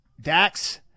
Dax